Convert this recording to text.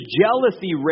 jealousy